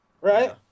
Right